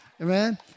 Amen